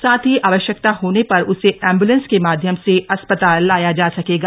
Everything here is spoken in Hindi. साथ ही आव यकता होने पर उसे एंबुलेंस के माध्यम से अस्पताल लाया जा सकेगा